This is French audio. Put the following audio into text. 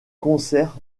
concert